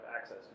access